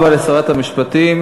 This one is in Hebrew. תודה רבה לשרת המשפטים.